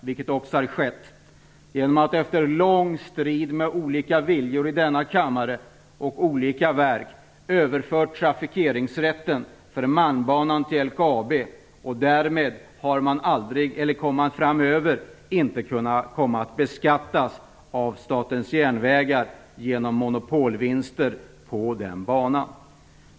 Så har också skett genom att vi efter lång strid mellan olika viljor i denna kammare och mellan olika verk överfört trafikeringsrätten för malmbanan till LKAB. Därmed kommer den framöver inte att kunna beskattas av Statens järnvägar som haft monopolvinster på den banan.